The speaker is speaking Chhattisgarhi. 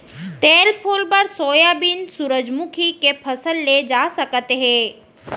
तेल फूल बर सोयाबीन, सूरजमूखी के फसल ले जा सकत हे